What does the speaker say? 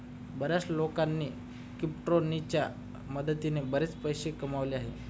बर्याच लोकांनी क्रिप्टोकरन्सीच्या मदतीने बरेच पैसे कमावले आहेत